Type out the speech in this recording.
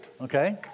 Okay